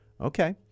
Okay